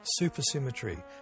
supersymmetry